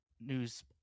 news